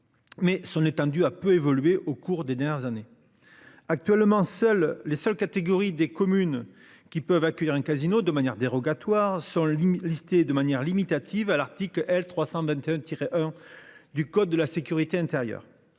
Mais son étendue a peu évolué au cours des dernières années. Actuellement, seuls les seules catégories des communes qui peuvent accueillir un casino de manière dérogatoire sans les de manière limitative à l'article L. 321 tiré. Du code de la sécurité intérieure.